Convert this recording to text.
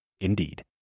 indeed